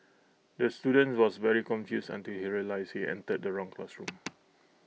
the student was very confused until he realised he entered the wrong classroom